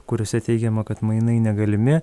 kuriuose teigiama kad mainai negalimi